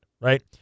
right